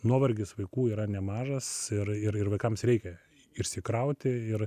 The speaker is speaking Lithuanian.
nuovargis vaikų yra nemažas ir ir ir vaikams reikia išsikrauti ir